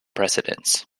precedence